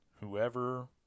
Whoever